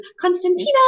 Constantina